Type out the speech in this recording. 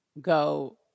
go